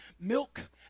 Milk